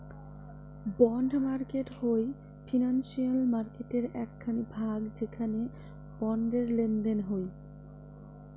bond market হই financial মার্কেটের এক খানি ভাগ যেখানে বন্ডের লেনদেন হই